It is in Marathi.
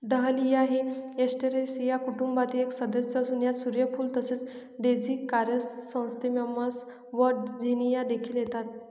डहलिया हे एस्टरेसिया कुटुंबातील एक सदस्य असून यात सूर्यफूल तसेच डेझी क्रायसॅन्थेमम्स व झिनिया देखील येतात